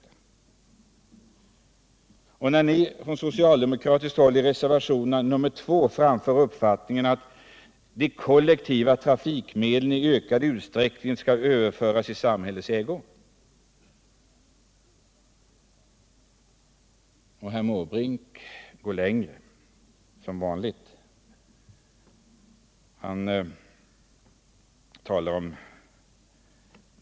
I reservationen 2 framför ni från socialdemokratiskt håll uppfattningen att de kollektiva trafikmedlen i ökad utsträckning skall överföras i samhällets ägo. Herr Måbrink går som vanligt längre.